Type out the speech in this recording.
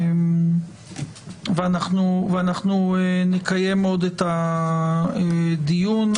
אנחנו נקיים את הדיון.